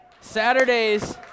Saturdays